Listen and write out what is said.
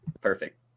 perfect